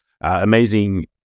amazing